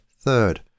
third